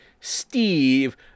Steve